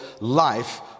life